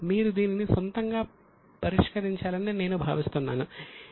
మీరు దీనిని సొంతంగా పరిష్కరించాలని నేను భావిస్తున్నాను